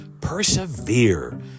Persevere